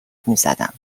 میزدم